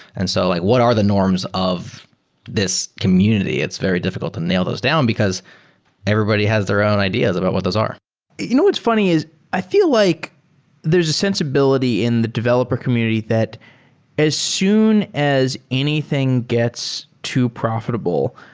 and so like what are the norms of this community? it's very diffi cult to nail those down because everybody has their own ideas about what those are you know it's funny is i feel like there's a sensibility in the developer community that as soon as anything gets too profi table,